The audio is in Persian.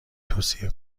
توصیه